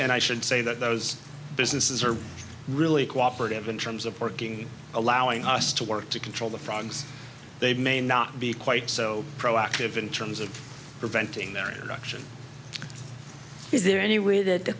and i should say that those businesses are really cooperate evan terms of working allowing us to work to control the frogs they may not be quite so proactive in terms of preventing their interaction is there any way that the